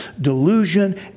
delusion